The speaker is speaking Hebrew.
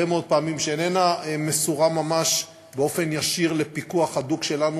שאיננה מסורה ממש באופן ישיר לפיקוח הדוק שלנו,